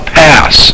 pass